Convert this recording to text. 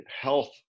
health